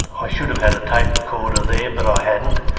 i should've had a tape recorder there, but i hadn't,